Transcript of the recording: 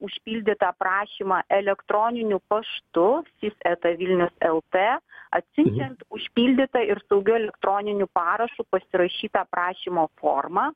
užpildytą prašymą elektroniniu paštu sis eta vilnius lt atsiunčiant užpildytą ir saugiu elektroniniu parašu pasirašytą prašymo formą